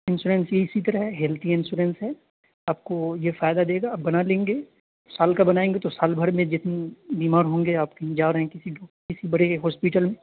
insurance یہ اسی طرح ہے ہیلتھ انشورینس ہے آپ کو یہ فائدہ دے گا آپ بنا لیں گے سال کا بنائیں گے تو سال بھر میں جتنے بیمار ہوں آپ کہیں جا رہے ہیں کسی کے کسی بڑے ہاسپٹل میں